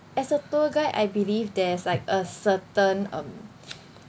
as a tour guide I believe there's like a certain um